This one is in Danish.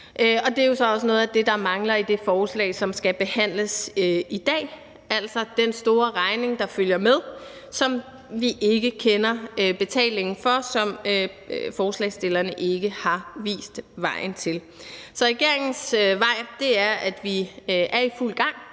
jo så også noget af det, der mangler i det forslag, som skal behandles i dag, altså den store regning, der følger med, som vi ikke kender betalingen for, og som forslagsstillerne ikke har anvist vejen til. Så regeringens vej er, at vi er i fuld gang,